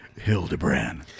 Hildebrand